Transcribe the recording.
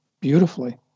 beautifully